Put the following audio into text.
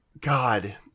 God